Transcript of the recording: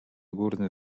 górny